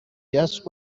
just